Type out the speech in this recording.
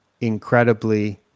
incredibly